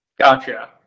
Gotcha